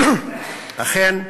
אכן,